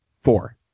Four